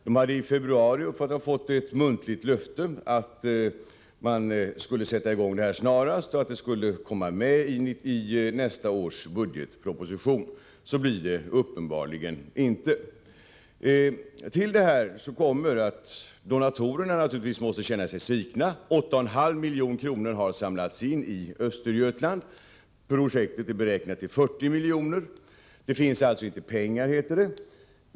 De har i februari fått ett muntligt löfte att man snarast skulle sätta i gång med bygget och att det skulle vara med i nästa års budgetproposition. Så blir det uppenbarligen inte. Donatorerna måste naturligtvis känna sig svikna. 8,5 milj.kr. har samlats in i Östergötland. Projektet är beräknat till 40 miljoner. Det finns alltså inte pengar, heter det.